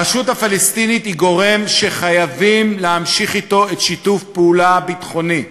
הרשות הפלסטינית היא גורם שחייבים להמשיך אתו את שיתוף הפעולה הביטחוני,